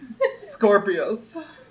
Scorpius